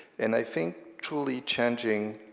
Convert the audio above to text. and i think truly changing